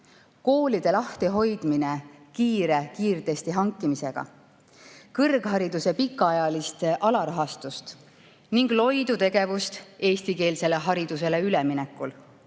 koolide lahtihoidmine kiire kiirtestide hankimisega, kõrghariduse pikaajalist alarahastust ning loidu tegevust eestikeelsele haridusele üleminekul.